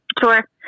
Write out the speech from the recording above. Sure